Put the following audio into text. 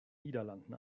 niederlanden